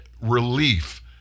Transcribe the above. relief